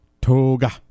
Toga